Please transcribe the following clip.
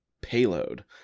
Payload